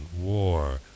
war